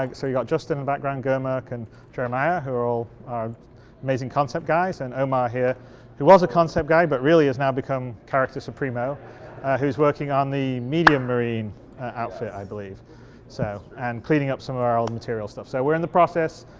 um so you got justin background gurmak and jeremiah who are all amazing concept guys and omar here who was a concept guy, but really is now become character supremo who's working on the medium marine outfit i believe so and cleaning up our old material stuff. so we are in the process.